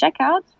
checkout